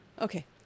Okay